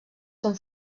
són